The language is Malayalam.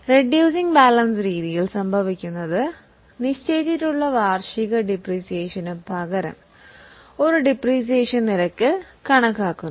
ഇവിടെ സംഭവിക്കുന്നത് നിശ്ചയിച്ചിട്ടുള്ള വാർഷിക ഡിപ്രീസിയേഷൻ പകരം നമ്മൾ ഒരു ഡിപ്രീസിയേഷൻ റേറ്റ് കണക്കാക്കുന്നു